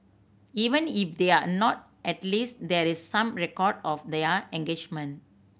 even if they're not at least there is some record of their engagement